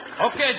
Okay